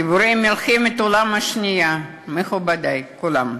גיבורי מלחמת העולם השנייה, מכובדי כולם,